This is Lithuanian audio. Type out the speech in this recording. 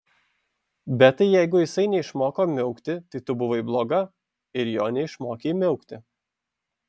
bet tai jeigu jisai neišmoko miaukti tai tu buvai bloga ir jo neišmokei miaukti